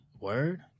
Word